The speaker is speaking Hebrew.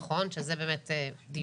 נכון, שזה באמת דיון.